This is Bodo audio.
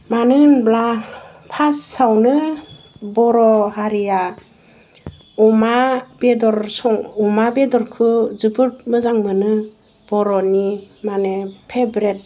मानो होनब्ला फार्स्टआवनो बर' हारिया अमा बेदर सं अमा बेदरखौ जोबोर मोजां मोनो बर'नि मानि फेब्रेट